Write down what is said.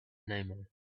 namer